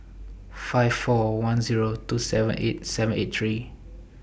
five four one Zero two seven eight seven eight three